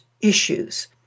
issues